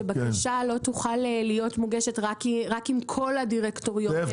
שבקשה לא תוכל להיות מוגשת רק אם כל הדירקטוריון מתמנה.